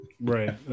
right